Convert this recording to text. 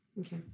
Okay